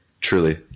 truly